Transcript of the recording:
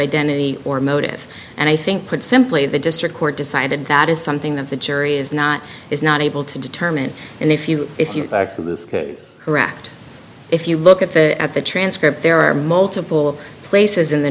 identity or motive and i think put simply the district court decided that is something that the jury is not is not able to determine and if you if you are correct if you look at the at the transcript there are multiple places in the